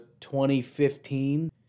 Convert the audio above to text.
2015